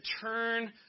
turn